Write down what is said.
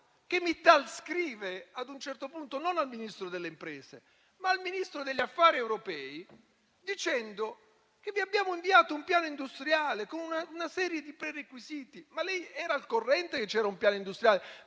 fa. Mittal scrive ad un certo punto non al Ministro delle imprese, ma al Ministro degli affari europei, dicendo di aver inviato un piano industriale con una serie di prerequisiti. Ma lei era al corrente che c'era un piano industriale?